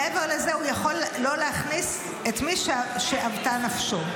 מעבר לזה הוא יכול לא להכניס את מי שאוותה נפשו.